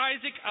Isaac